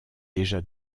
déjà